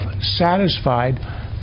satisfied